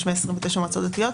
יש 129 מועצות דתיות.